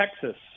Texas